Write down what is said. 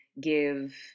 give